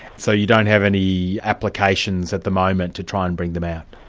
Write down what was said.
so you don't have any applications at the moment to try and bring them out?